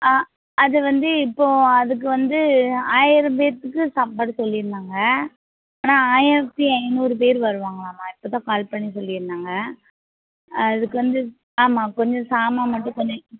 ஆ அது வந்து இப்போது அதுக்கு வந்து ஆயிரம் பேர்த்துக்கு சாப்பாடு சொல்லியிருந்தாங்க ஆனால் ஆயிரத்தி ஐநூறு பேர் வருவாங்களாமா இப்போதான் கால் பண்ணி சொல்லியிருந்தாங்க அதுக்கு வந்து ஆமாம் கொஞ்சம் சாமான் மட்டும் கொஞ்சம்